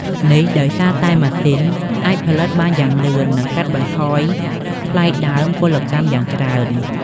នេះដោយសារតែម៉ាស៊ីនអាចផលិតបានយ៉ាងលឿន និងកាត់បន្ថយថ្លៃដើមពលកម្មយ៉ាងច្រើន។